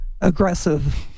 aggressive